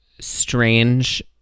Strange